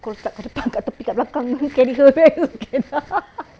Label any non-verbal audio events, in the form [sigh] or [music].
kau letak kat depan [laughs] kat tepi kat belakang carry her where also can lah [laughs]